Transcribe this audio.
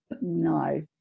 no